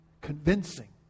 convincing